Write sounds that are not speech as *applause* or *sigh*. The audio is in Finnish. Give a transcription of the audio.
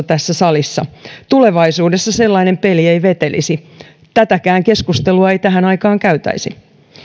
*unintelligible* tässä salissa tulevaisuudessa sellainen peli ei vetelisi tätäkään keskustelua ei tähän aikaan käytäisi